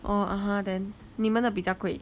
oh (uh huh) then 你们的比较贵